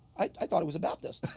i thought he was a baptist.